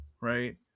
right